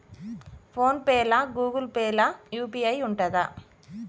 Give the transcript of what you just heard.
Phone pay లా Google Pay లా UPI ఉంటదా?